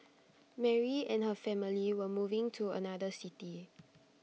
Mary and her family were moving to another city